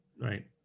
Right